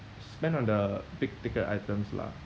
spend on the big ticket items lah